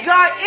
God